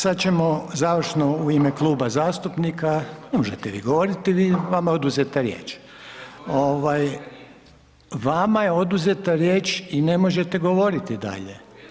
Sad ćemo završno u ime Kluba zastupnika, ne možete vi govoriti, vama je oduzeta riječ, vama je oduzeta riječ i ne možete govoriti dalje.